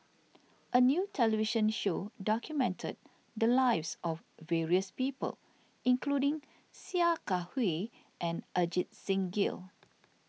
a new television show documented the lives of various people including Sia Kah Hui and Ajit Singh Gill